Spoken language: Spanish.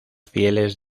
fieles